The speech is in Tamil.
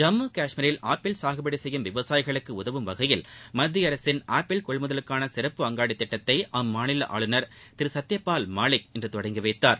ஜம்மு கஷ்மீரில் ஆப்பிள் சாகுபடி செய்யும் விவசாயிகளுக்கு உதவும் வகையில் மத்தியஅரசின் ஆப்பிள் கொள்முதலுக்கான சிறப்பு அங்காடி திட்டத்தை அம்மாநில ஆளுநர் திரு சத்யபால் மாலிக் இன்று தொடங்கி வைத்தார்